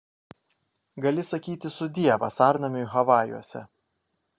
gali sakyti sudie vasarnamiui havajuose